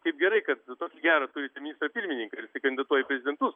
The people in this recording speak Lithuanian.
kaip gerai kad tokį gerą turit ministrą pirmininką ir jis kandidatuoja į prezidentus